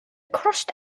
crossed